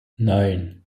neun